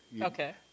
Okay